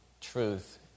truth